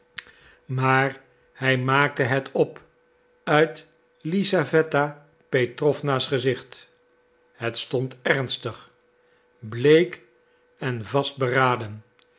maar hij maakte het op uit lisaweta petrowna's gezicht het stond ernstig bleek en vastberaden